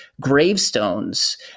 gravestones